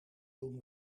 doen